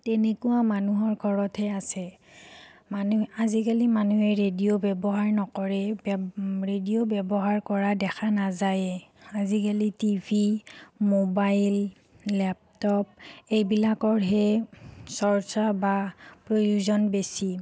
তেনেকুৱা মানুহৰ ঘৰতহে আছে মানুহ আজিকালি মানুহে ৰেডিঅ' ব্যৱহাৰ নকৰেই ব্যৱ ৰেডিঅ' ব্যৱহাৰ কৰা দেখা নাযায়েই আজিকালি টিভি ম'বাইল লেপটপ এইবিলাকৰহে চৰ্চা বা প্ৰয়োজন বেছি